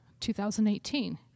2018